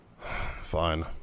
Fine